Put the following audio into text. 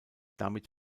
damit